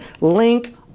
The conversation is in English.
link